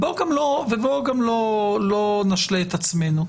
ובואו גם לא נשלה את עצמנו.